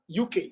UK